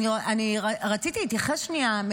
רציתי להתייחס שנייה,